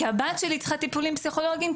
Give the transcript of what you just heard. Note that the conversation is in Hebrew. כי הבת שלי צריכה טיפולים פסיכולוגים,